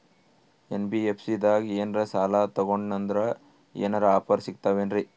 NBFC ದಾಗ ಏನ್ರ ಸಾಲ ತೊಗೊಂಡ್ನಂದರ ಏನರ ಆಫರ್ ಸಿಗ್ತಾವೇನ್ರಿ?